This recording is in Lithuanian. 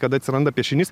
kad atsiranda piešinys